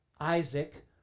Isaac